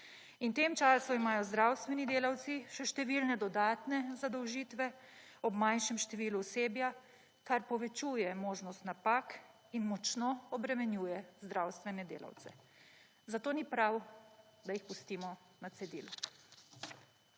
v tem času imajo zdravstveni delavci še številne dodatne zadolžitve ob manjšem številu osebja, kar povečuje možnost napak in močno obremenjuje zdravstvene delavce. Zato ni prav, da jih pustimo na cedilu.